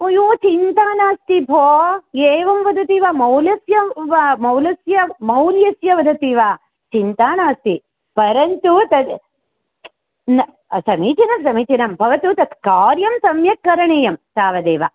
अयो चिन्ता नास्ति भोः एवं वदति वा मौल्यस्य वा मौल्यस्य मौल्यस्य वदति वा चिन्ता नास्ति परन्तु तत् न समीचीनं समीचीनं भवतु तत् कार्यं सम्यक् करणीयं तावदेव